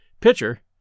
Pitcher